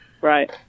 Right